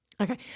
Okay